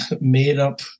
made-up